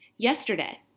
Yesterday